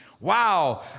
Wow